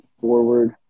forward